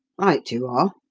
right you are,